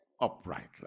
uprightly